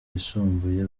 yisumbuye